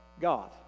God